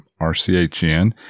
RCHN